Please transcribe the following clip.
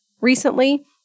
recently